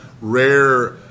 rare